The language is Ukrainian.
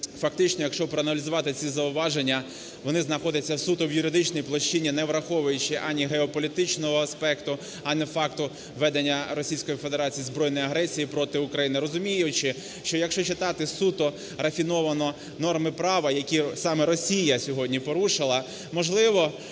Фактично, якщо проаналізувати ці зауваження, вони знаходяться суто в юридичній площині, не враховуючи ані геополітичного аспекту, ані факту ведення Російською Федерацією збройної агресії проти України. Розуміючи, що якщо читати суто рафіновано норми права, які саме Росія сьогодні порушила, можливо,